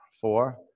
Four